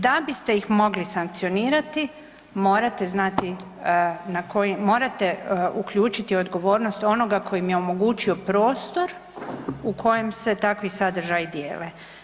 Da biste ih mogli sankcionirati morate znati na koji, morate uključiti odgovornost onoga koji im je omogućio prostor u kojem se takvi sadržaji dijele.